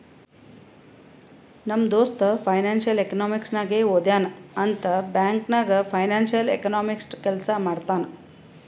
ನಮ್ ದೋಸ್ತ financial economics ನಾಗೆ ಓದ್ಯಾನ್ ಅಂತ್ ಬ್ಯಾಂಕ್ ನಾಗ್ ಫೈನಾನ್ಸಿಯಲ್ ಎಕನಾಮಿಸ್ಟ್ ಕೆಲ್ಸಾ ಮಾಡ್ತಾನ್